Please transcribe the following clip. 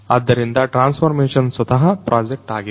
ಆದ್ದರಿಂದ transformation ಸ್ವತಃ project ಆಗಿದೆ